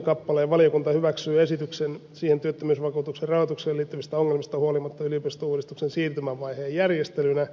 valiokunta hyväksyy esityksen siihen työttömyysvakuutuksen rahoitukseen liittyvistä ongelmista huolimatta yliopistouudistuksen siirtymävaiheen järjestelynä